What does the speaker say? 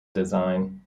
design